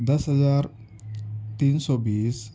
دس ہزار تین سو بیس